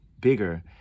bigger